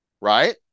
right